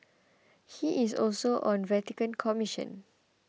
he is also on a Vatican commission